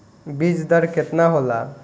बीज दर केतना होला?